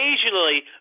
occasionally